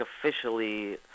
officially